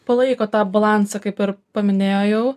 palaiko tą balansą kaip ir paminėjo jau